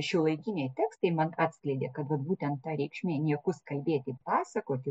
šiuolaikiniai tekstai man atskleidė kad va būtent ta reikšmė niekus kalbėti pasakoti